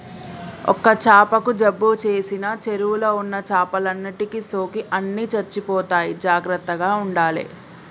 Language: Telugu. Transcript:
ఒక్క చాపకు జబ్బు చేసిన చెరువుల ఉన్న చేపలన్నిటికి సోకి అన్ని చచ్చిపోతాయి జాగ్రత్తగ ఉండాలే